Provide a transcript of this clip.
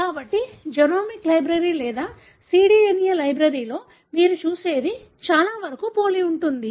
కాబట్టి genomic library లేదా cDNA లైబ్రరీలో మీరు చూసేది చాలావరకు పోలి ఉంటుంది